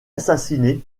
assassiné